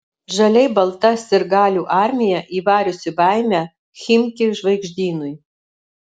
žaliai balta sirgalių armija įvariusi baimę chimki žvaigždynui